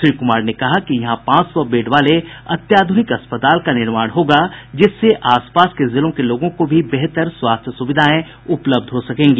श्री कुमार ने कहा कि यहां पांच सौ बेड वाले अत्याधुनिक अस्पताल का निर्माण होगा जिससे आसपास के जिलों के लोगों को भी बेहतर स्वास्थ्य सुविधाएं उपलब्ध हो सकेगी